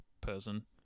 person